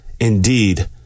indeed